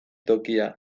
tokia